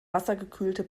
wassergekühlte